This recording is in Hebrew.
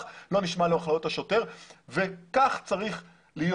לא נשמע להנחיות השוטר וכך צריך להיות.